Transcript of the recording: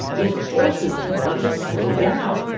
it forces people to slow down.